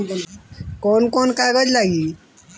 कौन कौन कागज लागी?